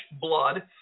blood